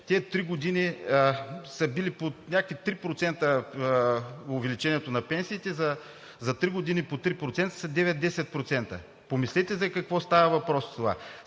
три години са били под някакви 3% увеличение на пенсиите, за три години по 3% са 9 – 10%! Помислете за какво става въпрос?